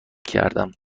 کردم